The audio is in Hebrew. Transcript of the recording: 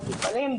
המטופלים,